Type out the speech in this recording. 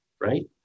right